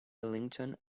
ellington